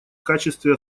качестве